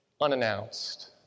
unannounced